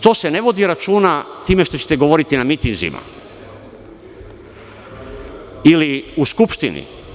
To se ne vodi računa time što ćete govoriti na mitinzima ili u Skupštini.